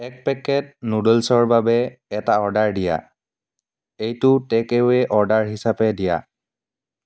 এক পেকেট নুড্লছৰ বাবে এটা অৰ্ডাৰ দিয়া এইটো টে'কএৱে' অৰ্ডাৰ হিচাপে দিয়া